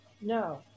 No